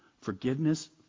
forgiveness